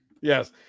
yes